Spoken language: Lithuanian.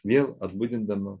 vėl atbudindama